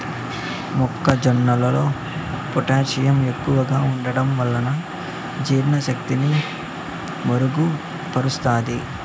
మొక్క జొన్నలో పొటాషియం ఎక్కువగా ఉంటడం వలన జీర్ణ శక్తిని మెరుగు పరుస్తాది